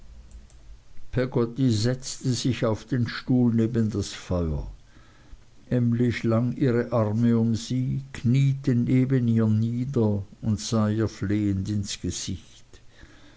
setzte sich auf den stuhl neben das feuer emly schlang ihre arme um sie kniete neben ihr nie der und sah ihr flehend ins gesicht